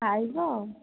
ଖାଇବ ଆଉ